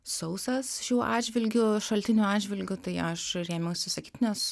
sausas šiuo atžvilgiu šaltinių atžvilgiu tai aš rėmiausi sakytinės